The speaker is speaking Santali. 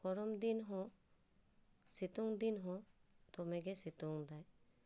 ᱜᱚᱨᱚᱢ ᱫᱤᱱ ᱦᱚᱸ ᱥᱮᱛᱳᱝ ᱫᱤᱱ ᱦᱚᱸ ᱫᱚᱢᱮᱜᱮᱭ ᱥᱮᱛᱳᱝᱫᱟ